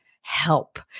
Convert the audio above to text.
help